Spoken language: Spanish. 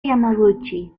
yamaguchi